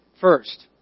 first